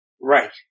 Right